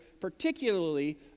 particularly